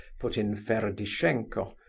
put in ferdishenko,